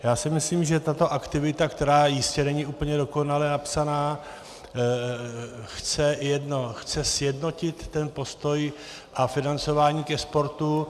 Já si myslím, že tato aktivita, která jistě není úplně dokonale napsaná, chce sjednotit ten postoj a financování sportu.